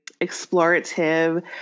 explorative